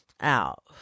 out